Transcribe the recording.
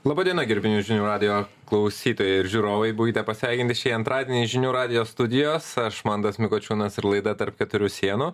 laba diena gerbiami žinių radijo klausytojai ir žiūrovai būkite pasveikinti šį antradienį žinių radijo studijos aš mantas mikučiūnas ir laida tarp keturių sienų